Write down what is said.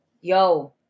Yo